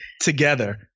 together